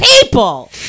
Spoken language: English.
people